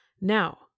Now